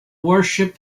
worship